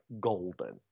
golden